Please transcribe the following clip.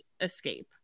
escape